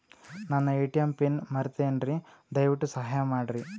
ನನ್ನ ATM PIN ಮರೆತೇನ್ರೀ, ದಯವಿಟ್ಟು ಸಹಾಯ ಮಾಡ್ರಿ